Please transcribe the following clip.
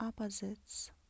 opposites